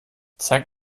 zeig